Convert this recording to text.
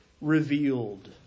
revealed